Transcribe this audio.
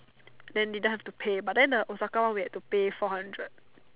then didn't have to pay but then the Osaka one we have to pay four hundred